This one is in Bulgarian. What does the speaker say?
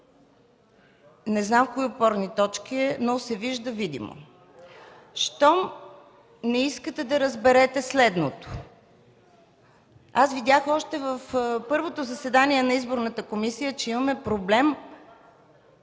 Не знам какви опорни точки, но се вижда видимо. Щом не искате да разберете следното... Видях още в първото заседание на Изборната комисия, че имаме огромен